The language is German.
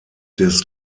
des